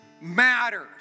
matters